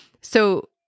So-